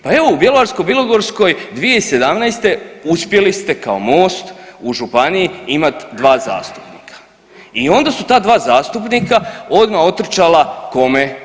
Pa evo u Bjelovarsko-bilogorskoj 2017. uspjeli ste kao Most u županiji imat 2 zastupnika i onda su ta dva zastupnika odmah otrčala, kome?